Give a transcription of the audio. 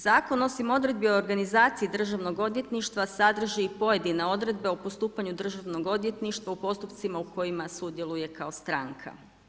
Zakon osim odredbi i organizaciji Državnog odvjetništva sadrži pojedine odredbe o postupanju Državnog odvjetništva u postupcima u kojima sudjeluje kao stranka.